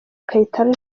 kayitare